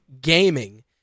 gaming